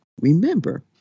Remember